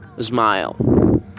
smile